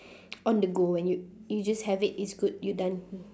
on the go and you you just have it it's good you're done